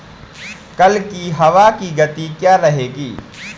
कल की हवा की गति क्या रहेगी?